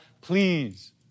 please